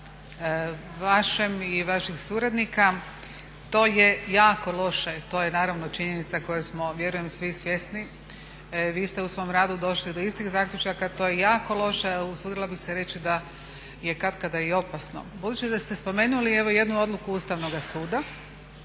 vašem i vaših suradnika to je jako loše. To je naravno činjenica koje smo vjerujem svi svjesni. Vi ste u svom radu došli do istih zaključaka. To je jako loše, a usudila bih se reći da je katkada i opasno. Budući da ste spomenuli evo i jednu odluku Ustavnoga suda.